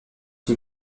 une